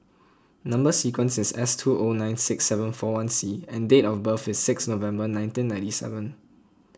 Number Sequence is S two O nine six seven four one C and date of birth is sixth November nineteen ninety seven